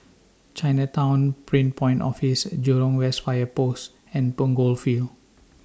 Chinatown Prin Point Office Jurong West Fire Post and Punggol Field